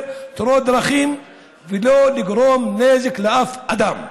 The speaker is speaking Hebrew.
תאונות דרכים ולא לגרום נזק לאף אדם.